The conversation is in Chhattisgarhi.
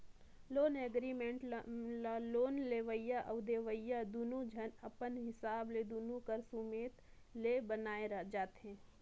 लोन एग्रीमेंट ल लोन लेवइया अउ देवइया दुनो झन अपन हिसाब ले दुनो कर सुमेत ले बनाए जाथें